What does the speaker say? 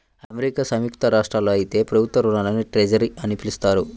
America సంయుక్త రాష్ట్రాల్లో అయితే ప్రభుత్వ రుణాల్ని ట్రెజర్ అని పిలుస్తారు